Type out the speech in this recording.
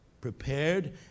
prepared